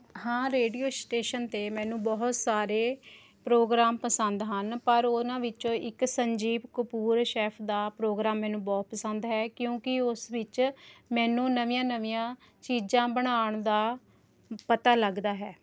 ਹਾਂ radio station 'ਤੇ ਮੈਨੂੰ ਬਹੁਤ ਸਾਰੇ ਪ੍ਰੋਗਰਾਮ ਪਸੰਦ ਹਨ ਪਰ ਉਹਨਾਂ ਵਿੱਚੋਂ ਇੱਕ ਸੰਜੀਵ ਕਪੂਰ ਸ਼ੈਫ ਦਾ ਪ੍ਰੋਗਰਾਮ ਮੈਨੂੰ ਬਹੁਤ ਪਸੰਦ ਹੈ ਕਿਉਂਕਿ ਉਸ ਵਿੱਚ ਮੈਨੂੰ ਨਵੀਆਂ ਨਵੀਆਂ ਚੀਜ਼ਾਂ ਬਣਾਉਣ ਦਾ ਪਤਾ ਲੱਗਦਾ ਹੈ